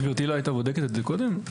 גברתי לא הייתה בודקת את זה קודם?